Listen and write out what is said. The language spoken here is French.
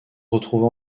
retrouve